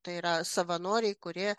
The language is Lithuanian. tai yra savanoriai kurie